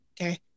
okay